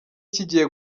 kigiye